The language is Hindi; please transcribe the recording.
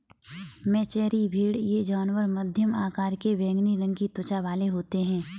मेचेरी भेड़ ये जानवर मध्यम आकार के बैंगनी रंग की त्वचा वाले होते हैं